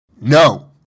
No